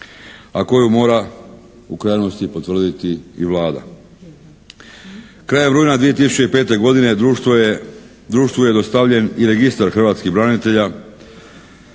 a koju mora u krajnosti potvrditi i Vlada. Krajem rujna 2005. godine društvu je dostavljen i registar hrvatskih branitelja.